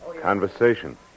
Conversation